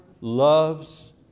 loves